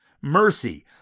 mercy